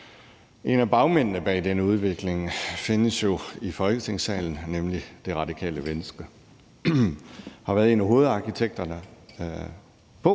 En af bagmændene bag denne udvikling findes jo i Folketingssalen, nemlig Radikale Venstre. De har været en af hovedarkitekterne